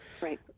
Right